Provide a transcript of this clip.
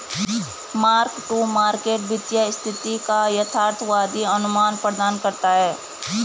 mark to market वित्तीय स्थिति का यथार्थवादी अनुमान प्रदान करता है